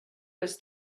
was